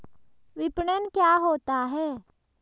विपणन क्या होता है?